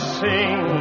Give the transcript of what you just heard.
sing